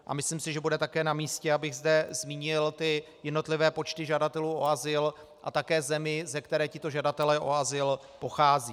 A myslím si, že bude také namístě, abych zde zmínil jednotlivé počty žadatelů o azyl a také zemi, ze které tito žadatelé o azyl pocházejí.